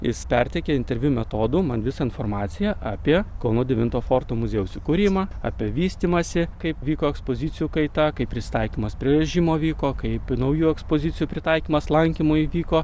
jis perteikė interviu metodu man visą informaciją apie kauno devinto forto muziejaus įkūrimą apie vystymąsi kaip vyko ekspozicijų kaita kaip prisitaikymas prie režimo vyko kaip naujų ekspozicijų pritaikymas lankymui vyko